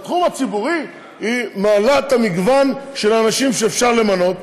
בתחום הציבורי היא מעלה את המגוון של האנשים שאפשר למנות,